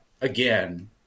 again